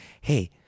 Hey